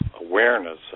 awareness